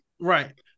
Right